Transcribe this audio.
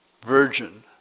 virgin